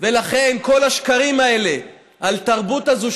ולכן כל השקרים האלה על התרבות הזו,